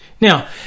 Now